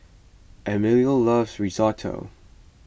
Emilio loves Risotto